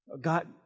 God